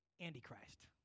Antichrist